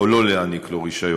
או לא להעניק לו רישיון.